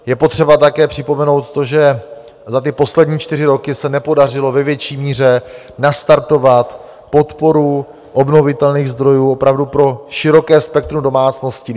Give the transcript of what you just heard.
Je potřeba také připomenout to, že za ty poslední čtyři roky se nepodařilo ve větší míře nastartovat podporu obnovitelných zdrojů opravdu pro široké spektrum domácností.